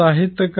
साहित्य का